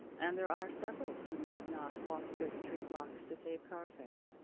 and there are several who need not walk thirty-three blocks to save carfare,